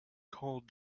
called